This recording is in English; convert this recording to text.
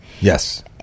Yes